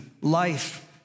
life